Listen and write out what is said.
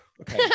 Okay